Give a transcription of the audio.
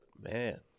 Man